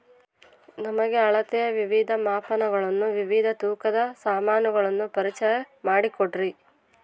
ನಮಗೆ ಅಳತೆಯ ವಿವಿಧ ಮಾಪನಗಳನ್ನು ವಿವಿಧ ತೂಕದ ಸಾಮಾನುಗಳನ್ನು ಪರಿಚಯ ಮಾಡಿಕೊಡ್ರಿ?